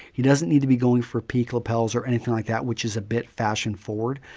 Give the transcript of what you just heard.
he doesn't need to be going for peak lapels or anything like that, which is a bit fashion forward.